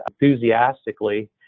enthusiastically